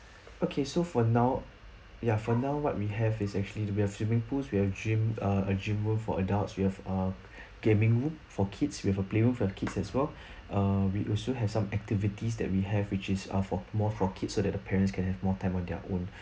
okay so for now ya for now what we have is actually that we have swimming pools we have gym uh a gym room for adults we have uh gaming room for kids with a play room for kids as well uh we also have some activities that we have which is ah for more for kids so that parents can have more time on their own